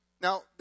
Now